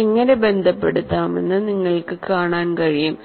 എങ്ങനെ ബന്ധപ്പെടുത്താമെന്ന് നിങ്ങൾക്ക് കാണാൻ കഴിയും